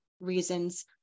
reasons